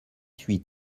huit